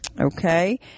Okay